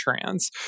trans